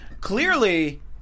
clearly –